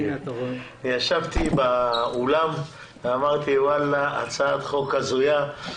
ישבתי באולם ואמרתי הצעת חוק הזויה,